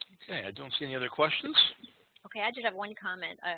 ok, i don't see any other questions ok, i just have one comment ah